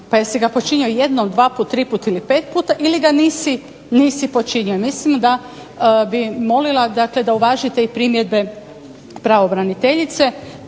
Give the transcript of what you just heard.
pa jesi ga počinio jednom, dvaput, triput ili pet puta ili ga nisi počinio. Mislim da bi molila dakle da uvažite i primjedbe pravobraniteljice